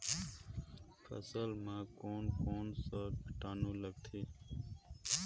फसल मा कोन कोन सा कीटाणु लगथे?